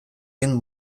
він